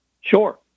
Sure